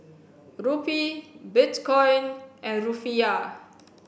Rupee Bitcoin and Rufiyaa